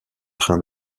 train